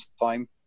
time